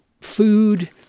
food